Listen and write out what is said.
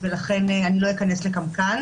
כאשר הן מתייחסות לתקופת הבחירות,